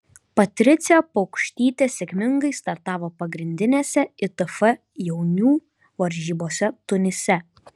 patricija paukštytė sėkmingai startavo pagrindinėse itf jaunių varžybose tunise